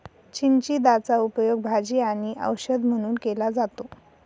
चिचिंदाचा उपयोग भाजी आणि औषध म्हणून केला जातो